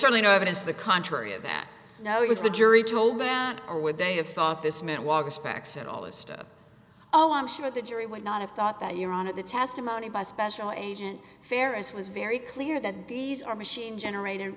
certainly no evidence to the contrary of that no it was the jury told them not or would they have thought this meant walk respects and all this stuff oh i'm sure the jury would not have thought that your on at the testimony by special agent fare as was very clear that these are machine generat